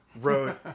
...wrote